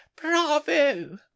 bravo